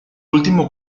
último